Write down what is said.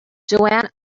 joanne